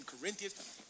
Corinthians